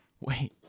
wait